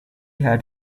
had